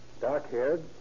Dark-haired